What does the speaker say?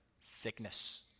sickness